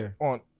on